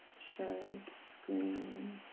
share screen.